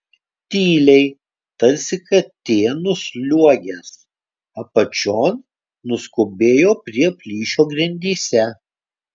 tyliai tarsi katė nusliuogęs apačion nuskubėjo prie plyšio grindyse